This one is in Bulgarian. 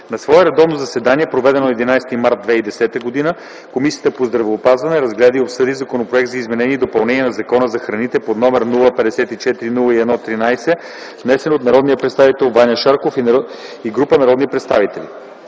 На свое редовно заседание, проведено на 11 март 2010 г., Комисията по здравеопазването разгледа и обсъди Законопроект за изменение и допълнение на Закона за храните № 054-01-13, внесен от народния представител Ваньо Шарков и група народни представители